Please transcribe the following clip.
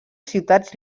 ciutats